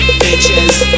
bitches